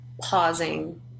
pausing